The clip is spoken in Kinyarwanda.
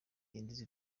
bidindiza